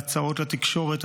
בהצהרות לתקשורת.